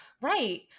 right